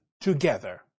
together